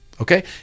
Okay